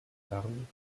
herren